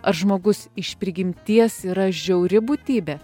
ar žmogus iš prigimties yra žiauri būtybė